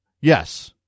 Yes